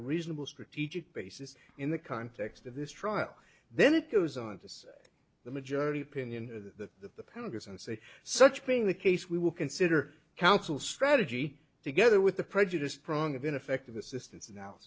a reasonable strategic basis in the context of this trial then it goes on to say the majority opinion that the penalties and say such being the case we will consider counsel strategy together with the prejudiced prong of ineffective assistance